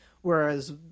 Whereas